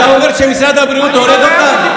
אתה אומר שמשרד הבריאות הורג אותם?